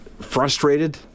frustrated